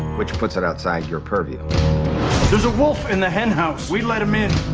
which puts it outside your purview there is a wolf in the hen house. we let him in!